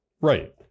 right